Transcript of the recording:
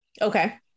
Okay